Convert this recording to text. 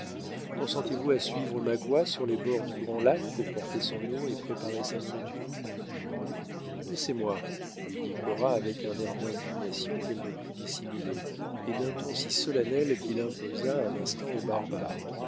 consentez-vous à suivre magua sur les bords du grand lac pour porter son eau et préparer sa nourriture laissez-moi lui dit cora avec un air d'indignation qu'elle ne put dissimuler et d'un ton si solennel qu'il imposa un instant au barbare